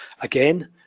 again